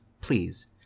please